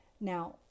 Now